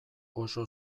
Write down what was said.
oso